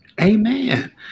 Amen